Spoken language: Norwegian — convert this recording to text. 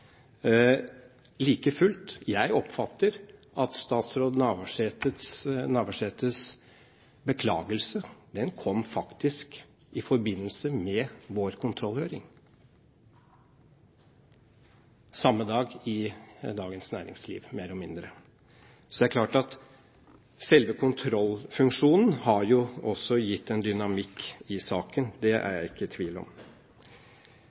Like fullt: Jeg oppfatter at statsråd Navarsetes beklagelse faktisk kom i forbindelse med vår kontrollhøring og samme dag i Dagens Næringsliv, mer eller mindre. Så det er klart at selve kontrollfunksjonen også har gitt en dynamikk i saken. Det er jeg ikke i tvil om.